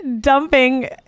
dumping